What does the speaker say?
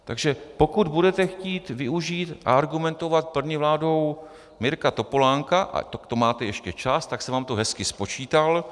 Takže pokud budete chtít využít a argumentovat první vládou Mirka Topolánka, tak to máte ještě čas, tak jsem vám to hezky spočítal.